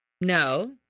No